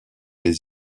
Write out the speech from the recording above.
les